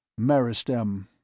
Maristem